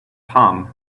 palm